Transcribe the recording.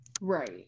Right